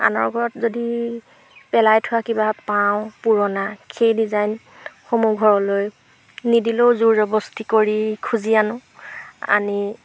আনৰ ঘৰত যদি পেলাই থোৱা কিবা পাওঁ পুৰণা সেই ডিজাইনসমূহ ঘৰলৈ নিদিলেও জোৰজবৰদস্তি কৰি খুজি আনো আনি